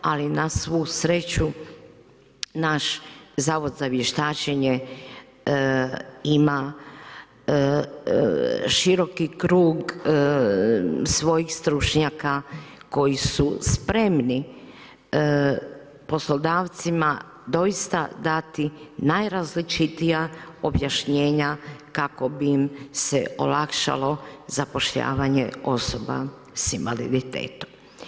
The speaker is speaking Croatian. Ali na svu sreću naš zavod za vještačenje ima široki krug svojih stručnjaka koji su spremni poslodavcima doista dati najrazličitija objašnjenja kako bi im se olakšalo zapošljavanje osoba sa invaliditetom.